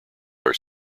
are